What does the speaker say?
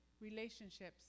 relationships